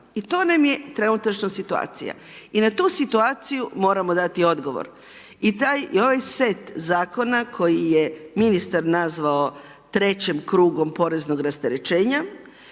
i to nam je trenutačno situacija. I na tu situaciju moramo dati odgovor. I taj i ovaj set zakona koji je ministar nazvao trećim krugom poreznog rasterećenja